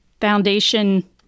Foundation